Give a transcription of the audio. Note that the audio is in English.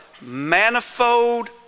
manifold